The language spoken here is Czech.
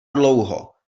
dlouho